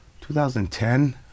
2010